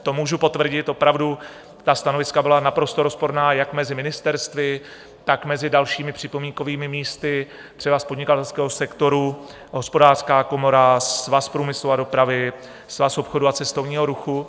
To můžu potvrdit, opravdu ta stanoviska byla naprosto rozporná jak mezi ministerstvy, tak mezi dalšími připomínkovými místy, třeba z podnikatelského sektoru Hospodářská komora, Svaz průmyslu a dopravy, Svaz obchodu a cestovního ruchu.